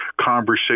conversation